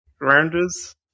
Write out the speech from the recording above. rounders